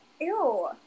Ew